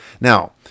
Now